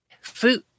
Food